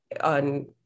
on